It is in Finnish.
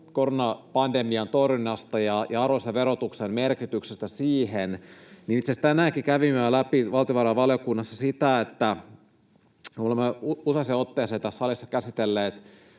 koronapandemian torjunnasta ja arvonlisäverotuksen merkityksestä sille, niin itse asiassa tänäänkin kävimme jo läpi valtiovarainvaliokunnassa sitä, että me olemme useaan otteeseen tässä salissa käsitelleet